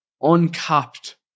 uncapped